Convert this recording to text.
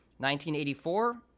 1984